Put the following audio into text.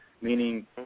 meaning